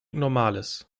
normales